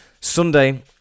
Sunday